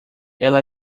ela